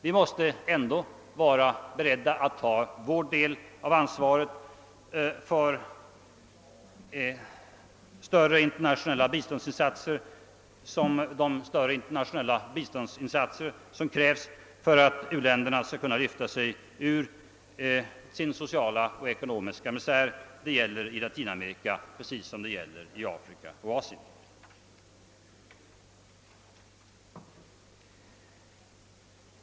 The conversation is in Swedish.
Vi måste ändå vara beredda att ta vår del av ansvaret för större internationella biståndsinsatser för att u-länderna skall kunna lyfta sig ur sin sociala och ekonomiska misär, i Latinamerika likaväl som i Afrika och i Asien.